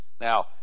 now